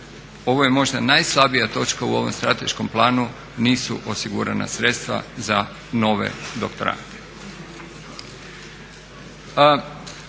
ovo je možda najslabija točka u ovom strateškom planu, nisu osigurana sredstva za nove doktorande.